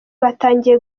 batangiye